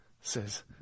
says